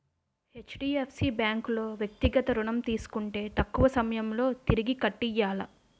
HDFC bank లో వ్యక్తిగత ఋణం తీసుకుంటే తక్కువ సమయంలో తిరిగి కట్టియ్యాల